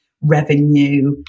revenue